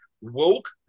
Woke